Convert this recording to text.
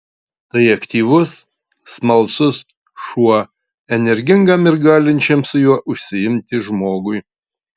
tai aktyvus smalsus šuo energingam ir galinčiam su juo užsiimti žmogui